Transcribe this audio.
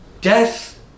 death